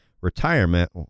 retirement